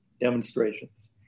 demonstrations